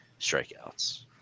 strikeouts